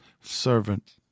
servant